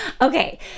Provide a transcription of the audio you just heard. Okay